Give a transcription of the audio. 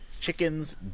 chickens